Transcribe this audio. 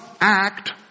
act